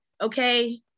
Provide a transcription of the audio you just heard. okay